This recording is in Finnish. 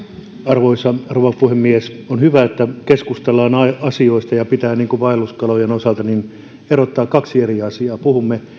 arvoisa rouva puhemies on hyvä että keskustellaan asioista ja pitää vaelluskalojen osalta erottaa kaksi eri asiaa puhumme